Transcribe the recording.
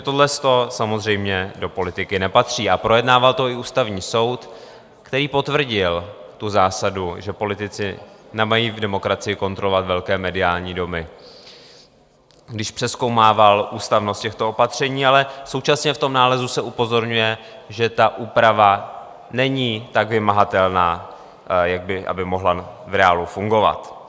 Tohleto samozřejmě do politiky nepatří a projednával to i Ústavní soud, který potvrdil zásadu, že politici nemají v demokracii kontrolovat velké mediální domy, když přezkoumával ústavnost těchto opatření, ale současně v tom nálezu se upozorňuje, že ta úprava není tak vymahatelná, aby mohla v reálu fungovat.